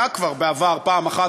היה כבר בעבר פעם אחת,